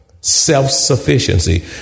Self-sufficiency